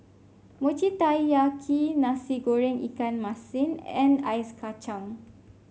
Mochi Taiyaki Nasi Goreng Ikan Masin and Ice Kacang